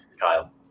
Kyle